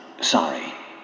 sorry